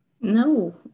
no